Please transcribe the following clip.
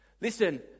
Listen